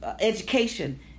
education